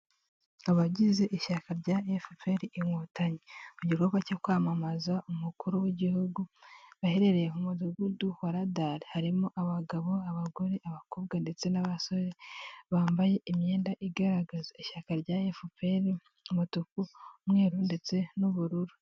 Abagize ishyaka rya efuperi inkotanyi mu gikorwa cyo kwamamaza umukuru w'igihugu baherereye mu mudugudu wa radari harimo abagabo abagore abakobwa ndetse n'abasore bambaye imyenda igaragaza ishyaka rya efuperi umutuku, umweru, ndetse n'ubururu.